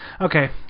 Okay